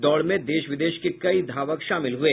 दौड़ में देश विदेश के कई धावक शामिल हुए